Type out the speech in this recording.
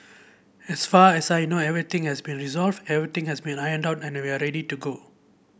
as far as I know everything has been resolved everything has been ironed out and we are ready to go